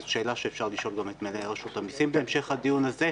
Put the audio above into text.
זו שאלה שאפשר לשאול את מנהל רשות המיסים בהמשך הדיון הזה.